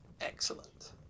Excellent